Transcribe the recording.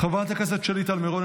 חברת הכנסת שלי טל מירון,